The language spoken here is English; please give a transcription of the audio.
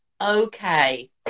okay